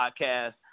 podcast